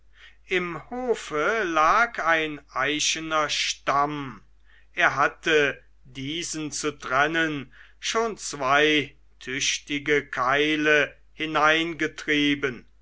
im hofe lag ein eichener stamm er hatte diesen zu trennen schon zwei tüchtige keile hineingetrieben